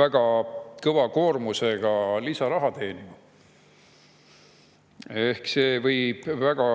väga suure koormusega lisaraha teenima. See võib väga